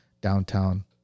downtown